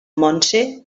montse